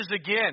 again